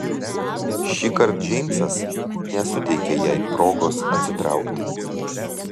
šįkart džeimsas nesuteikė jai progos atsitraukti